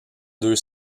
deux